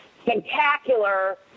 spectacular